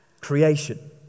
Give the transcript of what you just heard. Creation